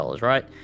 right